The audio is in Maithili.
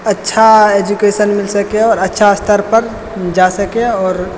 अच्छा एजुकेशन मिल सकै आओर अच्छा स्तर पर जा सकै आओर